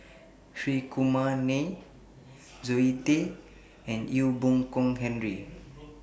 Hri Kumar Nair Zoe Tay and Ee Boon Kong Henry